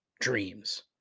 dreams